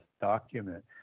document